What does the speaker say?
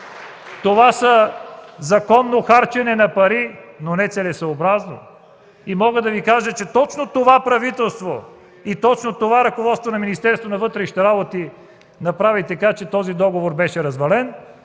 Това е законно харчене на пари, но нецелесъобразно! И мога да Ви кажа, че точно това правителство и точно това ръководство на Министерството на вътрешните работи направи така, че този договор беше развален